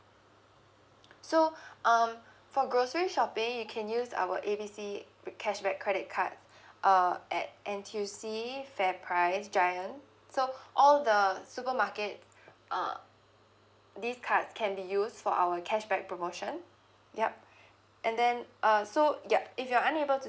so um for grocery shopping you can use our A B C cashback credit card uh at N_T_U_C fair price giant so all the supermarket uh this card can be use for our cashback promotion yup and then uh so yup if you're unable to